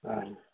হয়